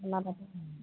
ওলাব